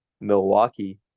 Milwaukee